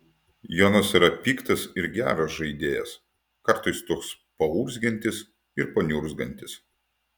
jonas yra piktas ir geras žaidėjas kartais toks paurzgiantis ir paniurzgantis